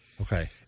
Okay